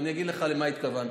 ואני אגיד לך למה אני מתכוון.